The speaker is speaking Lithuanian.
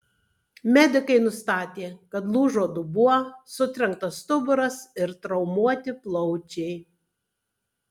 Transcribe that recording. medikai nustatė kad lūžo dubuo sutrenktas stuburas ir traumuoti plaučiai